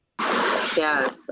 Yes